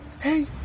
hey